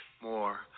more